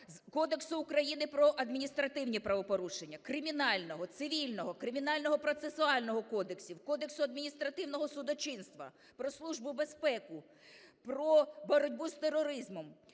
Кодексу України про адміністративні правопорушення, Кримінального, Цивільного, Кримінального процесуального кодексів, Кодексу адміністративного судочинства, про Службу безпеки, про боротьбу з тероризмом,